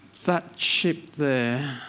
that ship there,